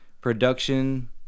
production